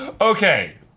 Okay